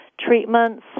treatments